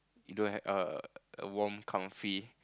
you don't have err a warm comfy